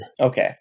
Okay